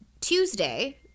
Tuesday